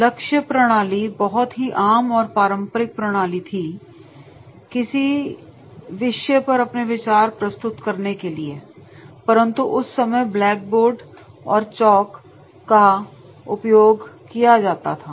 लक्ष्य प्रणाली बहुत ही आम और पारंपरिक प्रणाली थी किसी विषय पर अपने विचार प्रस्तुत करने के लिए परंतु उस समय ब्लैकबोर्ड और चॉक का उपयोग किया जाता था